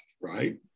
right